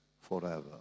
forever